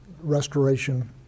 restoration